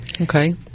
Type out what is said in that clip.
Okay